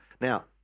Now